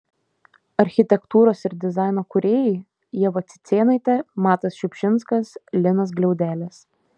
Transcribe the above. architektūros ir dizaino kūrėjai ieva cicėnaitė matas šiupšinskas linas gliaudelis